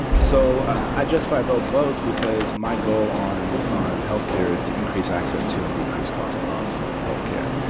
so i justify both votes because my goal on on health care is to increase access to and decrease cost of health care.